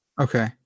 Okay